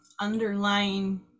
underlying